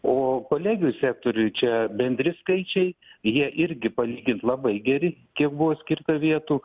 o kolegijų sektoriuj čia bendri skaičiai ir jie irgi palygint labai geri kiek buvo skirtų vietų